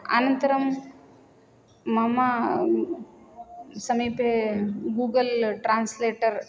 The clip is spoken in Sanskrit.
आनन्तरं मम समीपे गूगल् ट्रांस्लेटर्